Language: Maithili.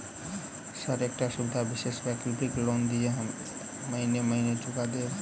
सर एकटा सुविधा विशेष वैकल्पिक लोन दिऽ हम महीने महीने चुका देब?